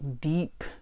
deep